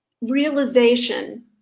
realization